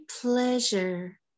pleasure